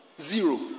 Zero